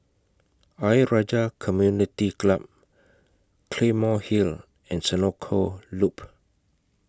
Ayer Rajah Community Club Claymore Hill and Senoko Loop